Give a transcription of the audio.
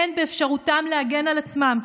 אין באפשרותם להגן על עצמם,